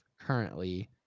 currently